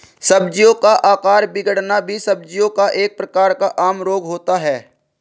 सब्जियों का आकार बिगड़ना भी सब्जियों का एक प्रकार का आम रोग होता है